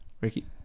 Ricky